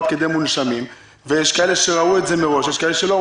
על כדי הנשמה ויש כאלה שראו את זה מראש ויש כאלה שלא.